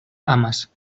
amas